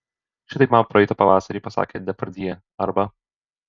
šitaip man praeitą pavasarį pasakė depardjė arba